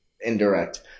indirect